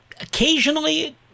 occasionally